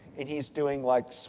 and he's doing like, so